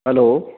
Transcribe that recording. hello